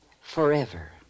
Forever